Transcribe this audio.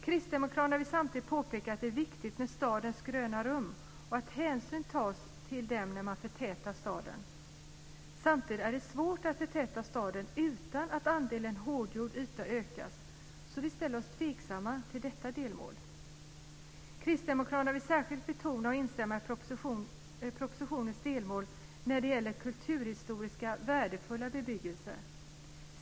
Kristdemokraterna vill samtidigt påpeka att det är viktigt med stadens gröna rum och att hänsyn tas till dem när man förtätar staden. Samtidigt är det svårt att förtäta staden utan att andelen hårdgjord yta ökas, så vi ställer oss tveksamma till detta delmål. Kristdemokraterna vill särskilt betona och instämma i propositionens delmål när det gäller kulturhistoriskt värdefull bebyggelse.